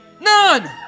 None